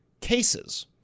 cases